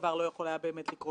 ויש להוסיף גם אבסורדי,